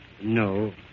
no